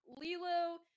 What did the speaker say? Lilo